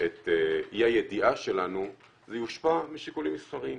את אי הידיעה שלנו, יושפע משיקולים מסחריים.